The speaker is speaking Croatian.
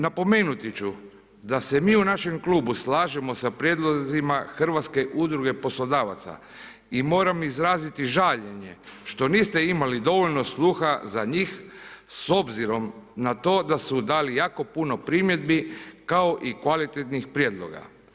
Napomenuti ću da se mi u našem klubu slažemo sa prijedlozima Hrvatske udruge poslodavaca i moram izraziti žaljenje što niste imali dovoljno sluha za njih s obzirom na to da su dali jako puno primjedbi kao i kvalitetnih prijedloga.